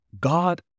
God